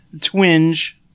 twinge